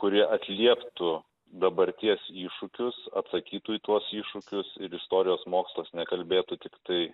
kurie atlieptų dabarties iššūkius atsakytų į tuos iššūkius ir istorijos mokslas nekalbėtų tiktai